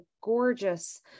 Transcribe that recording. gorgeous